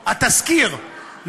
התזכיר.